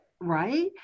right